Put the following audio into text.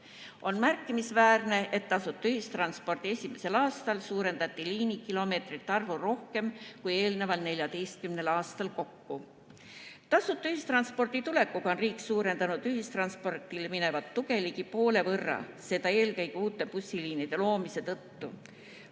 On märkimisväärne, et tasuta ühistranspordi esimesel aastal suurendati liinikilomeetrite arvu rohkem kui eelnenud 14 aastal kokku. Tasuta ühistranspordi tulekuga on riik suurendanud ühistranspordile minevat tuge ligi poole võrra, seda eelkõige uute bussiliinide loomise tõttu.